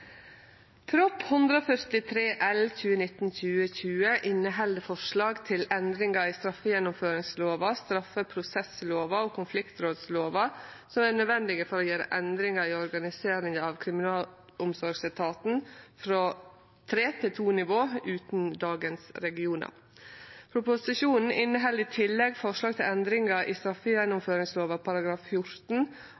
Prop. 143 L for 2019–2020 inneheld forslag til endringar i straffegjennomføringslova, straffeprosesslova og konfliktrådslova som er nødvendige for å gjere endringar i organiseringa av kriminalomsorgsetaten frå tre til to nivå, utan dagens regionar. Proposisjonen inneheld i tillegg forslag til endringar i